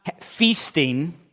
feasting